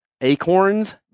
acorns